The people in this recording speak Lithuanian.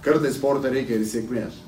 kartais sporte reikia ir sėkmės